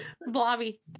Blobby